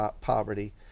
poverty